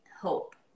hope